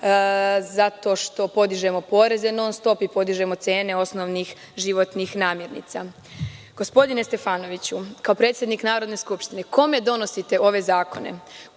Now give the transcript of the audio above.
to što podižemo poreze i cene osnovnih životnih namirnica. Gospodine Stefanoviću, kao predsednik Narodne skupštine, kome donosite ove zakone,